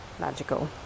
magical